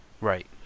Right